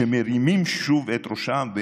שמרימים שוב את ראשם.